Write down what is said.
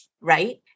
right